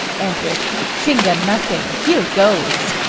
and with finger nothing! here goes!